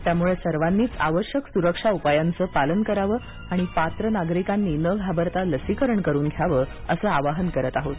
त्यामुळे सर्वांनीच सुरक्षा उपायांचं पालन करावं आणि पात्र नागरिकांनी न घाबरता लसीकरण करून घ्यावं असं आवाहन करत आहोत